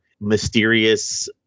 mysterious